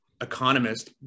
economist